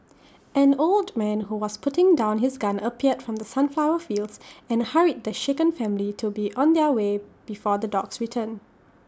an old man who was putting down his gun appeared from the sunflower fields and hurried the shaken family to be on their way before the dogs return